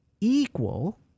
equal